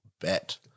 bet